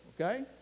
okay